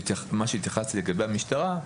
מה שהתייחסתי לגבי המשטרה,